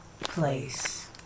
place